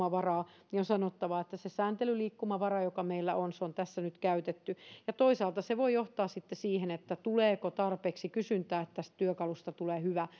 ja sääntelyliikkumavaraa niin on sanottava että se sääntelyliikkumavara joka meillä on on tässä nyt käytetty toisaalta se voi johtaa sitten siihen tuleeko tarpeeksi kysyntää jotta tästä työkalusta tulee hyvä